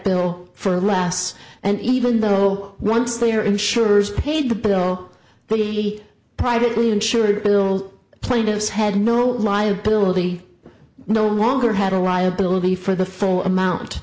bill for last and even though once they are insurers paid the bill but the privately insured bill plaintiffs had no liability no longer had a liability for the full amount